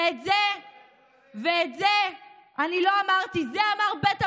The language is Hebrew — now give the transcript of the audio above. ואת זה לא אני אמרתי, את זה אמר בית המשפט,